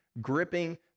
gripping